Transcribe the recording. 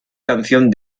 canción